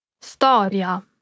Storia